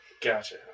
Gotcha